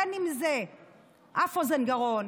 בין אם זה אף אוזן גרון,